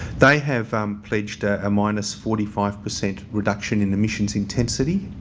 they have um pledged ah a minus forty five percent reduction in the emissions intensity,